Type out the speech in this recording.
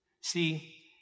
See